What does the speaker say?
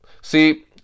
See